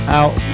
out